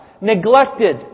neglected